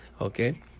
Okay